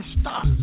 stop